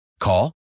Call